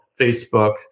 Facebook